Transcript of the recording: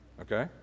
Okay